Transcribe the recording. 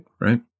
right